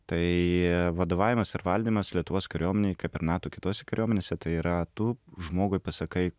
tai vadovavimas ir valdymas lietuvos kariuomenėj kaip ir nato kitose kariuomenėse tai yra tu žmogui pasakai